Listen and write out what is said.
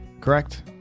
correct